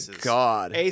God